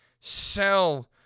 sell